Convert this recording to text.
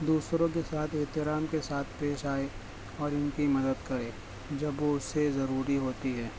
دوسروں کے ساتھ احترام کے ساتھ پیش آئے اور ان کی مدد کرے جب اسے ضروری ہوتی ہے